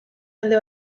alde